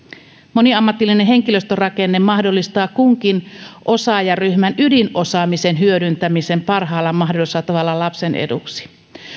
moniammatillinen henkilöstörakenne mahdollistaa kunkin osaajaryhmän ydinosaamisen hyödyntämisen parhaalla mahdollisella tavalla lapsen eduksi